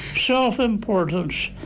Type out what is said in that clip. self-importance